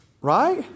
Right